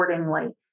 accordingly